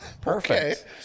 Perfect